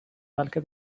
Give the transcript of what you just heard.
بلکه